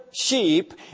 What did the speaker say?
sheep